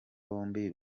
bombi